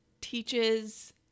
teaches